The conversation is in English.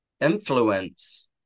influence